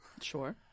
Sure